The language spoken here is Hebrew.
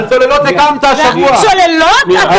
על הצוללות הקמת השבוע.